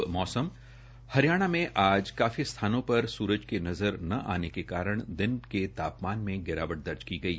अब मौसम हरियाणा में आज काफी स्थानों पर सूरज के नज़र न आने के कारण दिन के तापमान में गिरावट दर्ज की गई